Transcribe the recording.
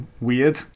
weird